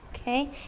Okay